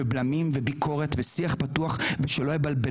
רציתי לדבר קצת על החוויה האישית שלי כמו דוגמה